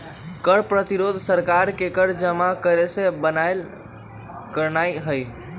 कर प्रतिरोध सरकार के कर जमा करेसे बारन करनाइ हइ